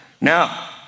Now